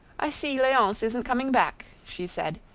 i see leonce isn't coming back, she said,